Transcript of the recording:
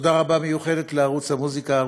תודה רבה ומיוחדת לערוץ המוזיקה,